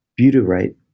butyrate